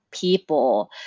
people